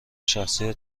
شخصی